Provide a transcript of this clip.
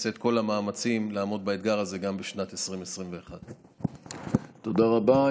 נעשה את כל המאמצים לעמוד באתגר הזה גם בשנת 2021. תודה רבה.